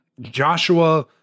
Joshua